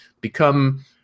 become